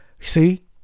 see